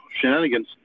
shenanigans